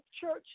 church